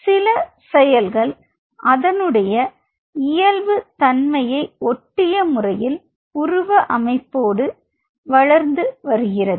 சில செயல்கள் அதனுடைய இயல்புத் தன்மையை ஒட்டிய முறையில் உருவ அமைப்போடு வளர்ந்து வருகிறது